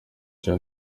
cya